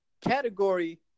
category